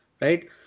Right